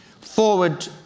Forward